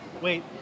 Wait